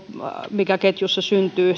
mikä ketjussa syntyy